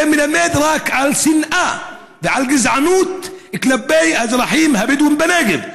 זה מלמד רק על שנאה ועל גזענות כלפי האזרחים הבדואים בנגב.